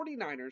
49ers